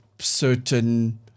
certain